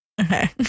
Okay